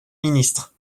ministre